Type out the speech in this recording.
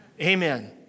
Amen